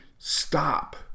Stop